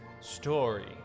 story